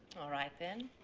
alright then.